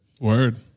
word